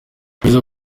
kugeza